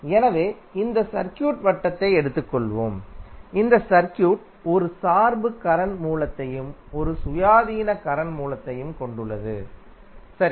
எனவே இந்த சர்க்யூட் வட்டத்தை எடுத்துக்கொள்வோம் இந்த சர்க்யூட் ஒரு சார்பு கரண்ட் மூலத்தையும் ஒரு சுயாதீன கரண்ட் மூலத்தையும் கொண்டுள்ளது சரி